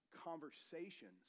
conversations